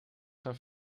gaan